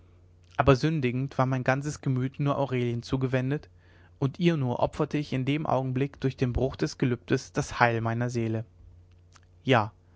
aber sündigend war mein ganzes gemüt nur aurelien zugewendet und ihr nur opferte ich in dem augenblick durch den bruch des gelübdes das heil meiner seele ja